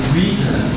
reason